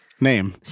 name